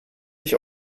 sich